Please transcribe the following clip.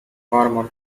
farmer